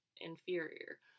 inferior